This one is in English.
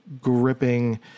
gripping